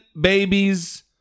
babies